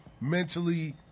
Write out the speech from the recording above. mentally